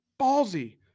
ballsy